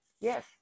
Yes